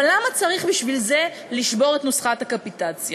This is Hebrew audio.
אבל למה צריך בשביל זה לשבור את נוסחת הקפיטציה?